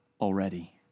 already